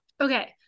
okay